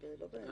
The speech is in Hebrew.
זה לא בחוק.